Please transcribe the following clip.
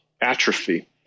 atrophy